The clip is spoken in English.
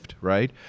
right